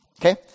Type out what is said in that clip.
Okay